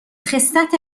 خِسّت